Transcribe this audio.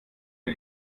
mir